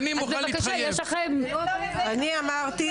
אני אמרתי